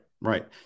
right